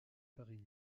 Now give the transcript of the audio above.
paris